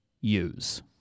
use